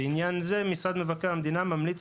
בעניין זה משרד מבקר המדינה ממליץ